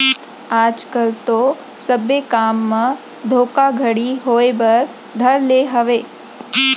आज कल तो सब्बे काम म धोखाघड़ी होय बर धर ले हावय